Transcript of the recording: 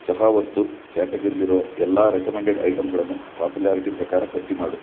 ಚಹಾ ವಸ್ತು ಕ್ಯಾಟಗರೀಲಿರೋ ಎಲ್ಲ ರೆಕಮೆಂಡೆಡ್ ಐಟಂಗಳನ್ನು ಪಾಪುಲ್ಯಾರಿಟಿ ಪ್ರಕಾರ ಪಟ್ಟಿ ಮಾಡು